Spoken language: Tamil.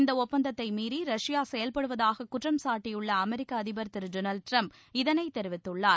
இந்த ஒப்பந்தத்தை மீறி ரஷ்யா செயல்படுவதாக குற்றம் சாட்டியுள்ள அமெரிக்க அதிபர் திரு டொனால்டு டிரம்ப் இதனை தெரிவித்துள்ளார்